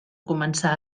començar